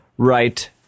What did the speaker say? Right